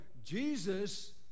Jesus